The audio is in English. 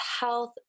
health